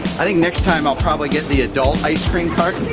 i think next time i'll probably get the adult ice-cream cart.